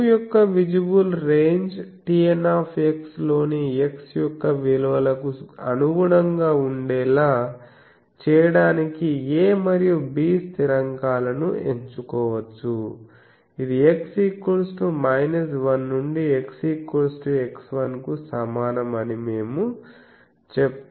u యొక్క visible range TN లోని x యొక్క విలువలకు అనుగుణంగా ఉండేలా చేయడానికి a మరియు b స్థిరాంకాలను ఎంచుకోవచ్చు ఇది x 1 నుండి x x1 కు సమానం అని మేము చెప్తాము